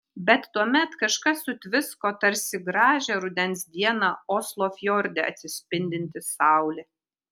bet tuomet kažkas sutvisko tarsi gražią rudens dieną oslo fjorde atsispindinti saulė